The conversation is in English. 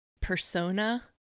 persona